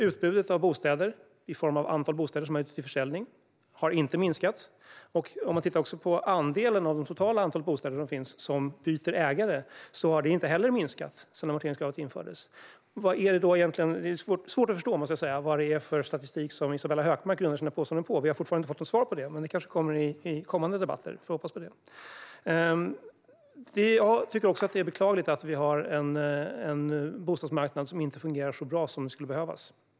Utbudet av bostäder, i form av antal bostäder som är ute till försäljning, har inte minskat, och av det totala antalet bostäder har andelen som byter ägare inte heller minskat sedan amorteringskravet infördes. Det är svårt att förstå vad det är för statistik som Isabella Hökmark grundar sina påståenden på. Vi har fortfarande inte fått något svar på det, men det kommer kanske i kommande debatter. Vi får hoppas på det. Jag tycker också att det är beklagligt att vi har en bostadsmarknad som inte fungerar så bra som den skulle behöva.